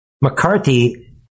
McCarthy